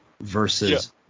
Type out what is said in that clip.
versus